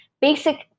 basic